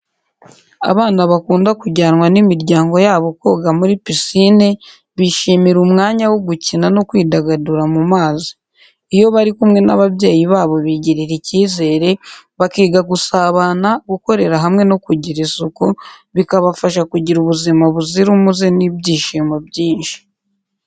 Abana bakunda kujyanwa n’imiryango yabo koga muri pisine bishimira umwanya wo gukina no kwidagadura mu mazi. Iyo bari kumwe n’ababyeyi babo bigirira icyizere, bakiga gusabana, gukorera hamwe no kugira isuku, bikabafasha kugira ubuzima buzira umuze n’ibyishimo byinshi.